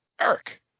eric